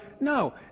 No